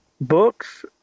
Books